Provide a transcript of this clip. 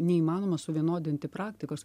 neįmanoma suvienodinti praktikos